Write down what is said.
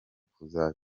kuzaba